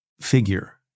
figure